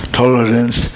tolerance